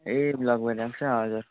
ए block भइरहेको छ हजुर